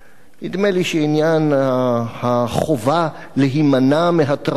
נדמה לי שעניין החובה להימנע מהתרסה,